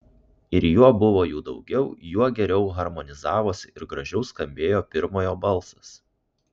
ir juo buvo jų daugiau juo geriau harmonizavosi ir gražiau skambėjo pirmojo balsas